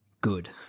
good